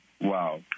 wow